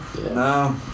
no